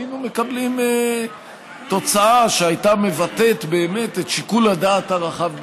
היינו מקבלים תוצאה שהייתה מבטאת באמת את שיקול הדעת הרחב ביותר.